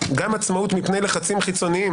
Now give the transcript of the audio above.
גם עצמאות מפני לחצים חיצוניים,